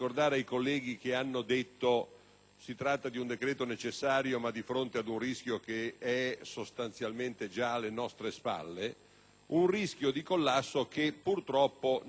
si tratta di un decreto necessario ma di fronte ad un rischio che è sostanzialmente già alle nostre spalle, che purtroppo non è alle nostre spalle.